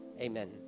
Amen